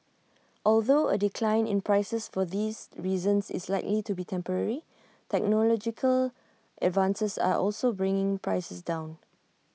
although A decline in prices for these reasons is likely to be temporary technological advances are also bringing prices down